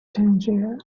tangier